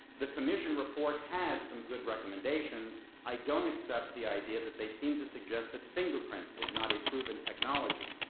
the commission report has some good recommendations. i don't accept the idea that they seem to suggest that fingerprints is not a proven technology.